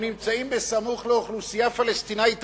שנמצאים סמוך לאוכלוסייה פלסטינית רצחנית,